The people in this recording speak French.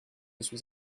suis